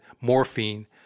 morphine